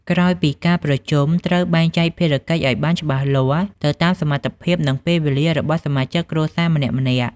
ក្រោយពីការប្រជុំ ត្រូវ បែងចែកភារកិច្ចឱ្យបានច្បាស់លាស់ ទៅតាម សមត្ថភាព និងពេលវេលា របស់សមាជិកគ្រួសារម្នាក់ៗ។